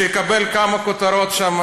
שיקבל כמה כותרות שם,